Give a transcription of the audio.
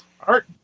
Art